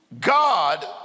god